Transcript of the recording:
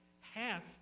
Half